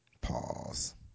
Pause